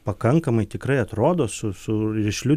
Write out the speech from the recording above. pakankamai tikrai atrodo su su rišliu